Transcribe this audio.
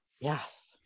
yes